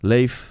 Leef